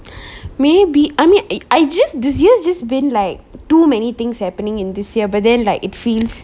maybe I mean I I just this year just been like too many things happening in this year but then like it feels